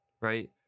Right